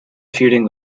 feuding